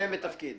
בבקשה, אנטורג.